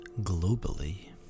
globally